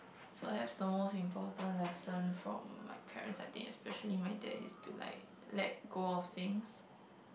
perhaps the most important lesson from my parents I think especially my dad is to like let go of things